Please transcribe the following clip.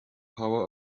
power